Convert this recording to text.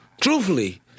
Truthfully